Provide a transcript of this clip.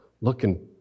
looking